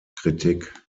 kritik